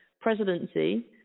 presidency